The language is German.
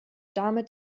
damit